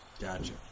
Gotcha